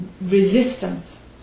resistance